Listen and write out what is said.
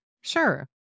Sure